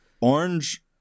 Orange